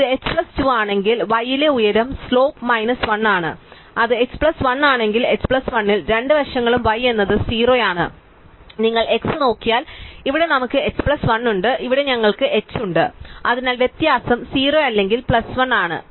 ഇത് h plus 2 ആണെങ്കിൽ y ലെ ഉയരം സ്ലോപ്പ് മൈനസ് 1 ആണ് അത് h പ്ലസ് 1 ആണെങ്കിൽ h 1 ൽ രണ്ട് വശങ്ങളും y എന്നത് 0 ആണ് നിങ്ങൾ x നോക്കിയാൽ ഇവിടെ നമുക്ക് h 1 ഉണ്ട് ഇവിടെ ഞങ്ങൾ h ഉണ്ട് അതിനാൽ വ്യത്യാസം 0 അല്ലെങ്കിൽ പ്ലസ് 1 ആണ്